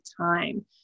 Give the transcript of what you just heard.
time